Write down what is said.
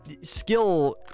skill